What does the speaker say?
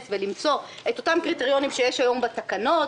ולמצוא את אותם קריטריונים שיש היום בתקנות,